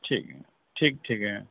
ٹھیک ہے ٹھیک ٹھیک ہے